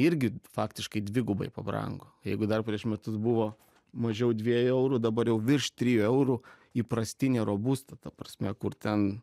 irgi faktiškai dvigubai pabrango jeigu dar prieš metus buvo mažiau dviejų eurų dabar jau virš trijų eurų įprastinė robusta ta prasme kur ten